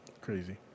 Crazy